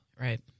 Right